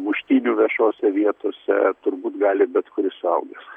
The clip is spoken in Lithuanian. muštynių viešose vietose turbūt gali bet kuris suaugęs